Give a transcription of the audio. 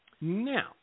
Now